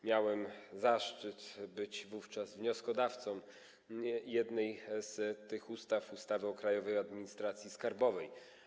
Miałem zaszczyt być wówczas wnioskodawcą jednej z nich, ustawy o Krajowej Administracji Skarbowej.